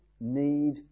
need